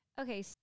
Okay